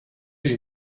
you